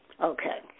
Okay